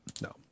No